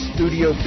Studio